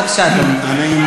בבקשה, אדוני.